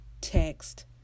text